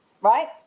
right